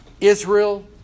Israel